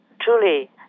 truly